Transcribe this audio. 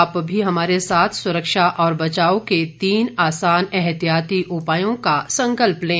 आप भी हमारे साथ सुरक्षा और बचाव के तीन आसान एहतियाती उपायों का संकल्प लें